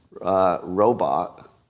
robot